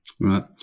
Right